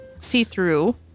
see-through